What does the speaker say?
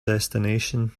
destination